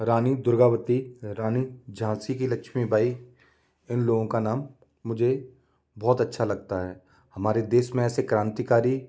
रानी दुर्गावती रानी झांसी की लक्ष्मी बाई ईन लोगों का नाम मुझे बहुत अच्छा लगता है हमारे देश में ऐसे क्रांतिकारी